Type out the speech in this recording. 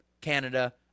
Canada